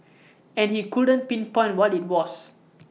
and he couldn't pinpoint what IT was